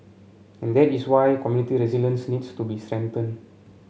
and that is why community resilience needs to be strengthen